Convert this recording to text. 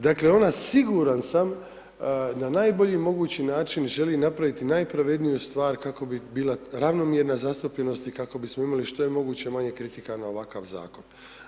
Dakle, ona siguran sam na najbolji mogući način želi napraviti najpravedniju stvar kako bi bila ravnomjerna zastupljenost i kako bismo imali što je moguće manje kritika na ovakav zakon.